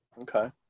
Okay